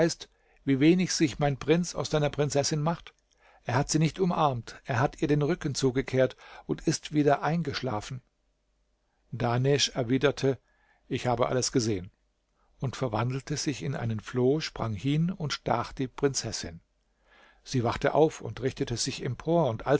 wie wenig sich mein prinz aus deiner prinzessin macht er hat sie nicht umarmt er hat ihr den rücken zugekehrt und ist wieder eingeschlafen dahnesch erwiderte ich habe alles gesehen und verwandelte sich in einen floh sprang hin und stach die prinzessin sie wachte auf und richtete sich empor und